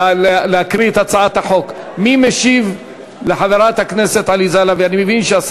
הצעת החוק עברה בקריאה טרומית ותועבר לוועדה